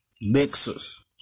Mixers